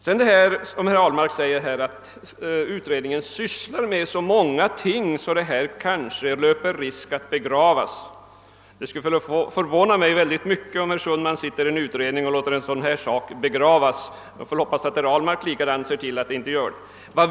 Herr Ahlmark säger att utredningen sysslar med så många andra ting, att det är risk att denna fråga begravs. Det skulle förvåna mig mycket om herr Sundman sitter i en utredning och låter en sådan här sak begravas. Jag får hoppas att även herr Ahlmark ser till att den inte blir begravd.